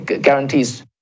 guarantees